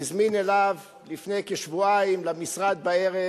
הוא הזמין אליו למשרד לפני כשבועיים בערב